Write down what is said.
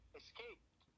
escaped